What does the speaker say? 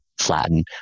flatten